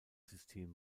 system